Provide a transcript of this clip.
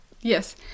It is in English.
Yes